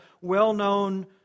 well-known